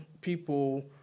people